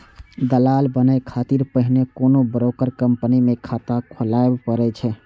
दलाल बनै खातिर पहिने कोनो ब्रोकर कंपनी मे खाता खोलबय पड़ै छै